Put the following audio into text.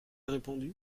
répondu